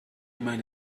man